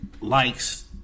likes